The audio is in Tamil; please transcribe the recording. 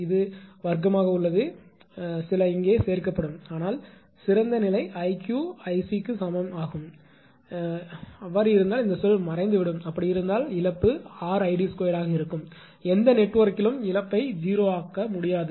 இது வர்க்கமாக உள்ளது சில இங்கே சேர்க்கப்படும் ஆனால் சிறந்த நிலை 𝐼𝑞 𝐼𝑐 சமம் என்றால் இந்த சொல் மறைந்துவிடும் அப்படி இருந்தால் இழப்பு 𝑅𝐼d2 ஆக இருக்கும் எந்த நெட்வொர்க்கிலும் இழப்பை 0 ஆக செய்ய முடியாது